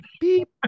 Beep